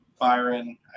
Byron